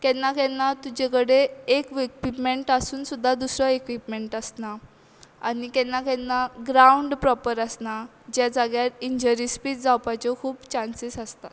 केन्ना केन्ना तुजे कडेन एक इक्पिपमँट आसून सुद्दां दुसरो इक्विपमँट आसना आनी केन्ना केन्ना ग्रावंड प्रॉपर आसना ज्या जाग्यार इंजरीस बी जावपाच्यो खूब चान्सीस आसता